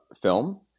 film